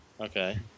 Okay